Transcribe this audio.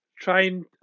trying